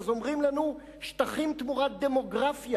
אז אומרים לנו: שטחים תמורת דמוגרפיה,